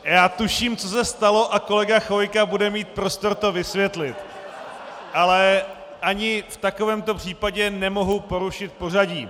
Já tuším, co se stalo, a kolega Chvojka bude mít prostor to vysvětlit, ale ani v takovémto případě nemohu porušit pořadí.